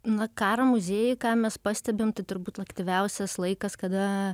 na karo muziejuj ką mes pastebim tai turbūt aktyviausias laikas kada